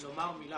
קודם כל,